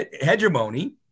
hegemony